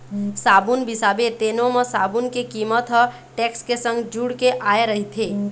साबून बिसाबे तेनो म साबून के कीमत ह टेक्स के संग जुड़ के आय रहिथे